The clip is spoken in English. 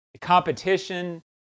competition